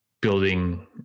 building